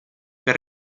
per